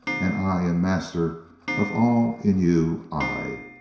and i am master of all in you i